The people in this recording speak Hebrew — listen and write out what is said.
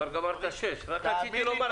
כבר גמרת שש דקות.